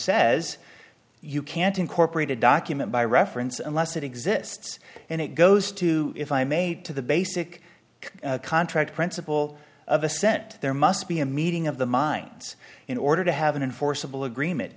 says you can't incorporate a document by reference unless it exists and it goes to if i made to the basic contract principle of assent there must be a meeting of the minds in order to have an enforceable agreement